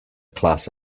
class